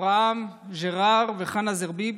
אברהם ג'רר וחנה זרביב.